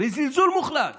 בזלזול מוחלט